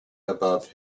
above